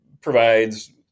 provides